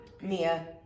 Mia